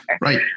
Right